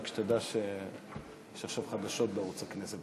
רק שתדע שיש עכשיו חדשות בערוץ הכנסת,